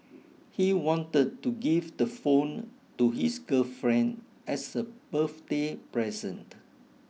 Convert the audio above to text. he wanted to give the phone to his girlfriend as a birthday present